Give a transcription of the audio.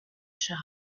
shop